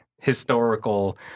historical